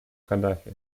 каддафи